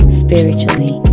spiritually